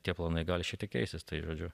tie planai gali šiek tiek keisis tai žodžiu